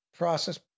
process